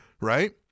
right